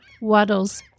waddles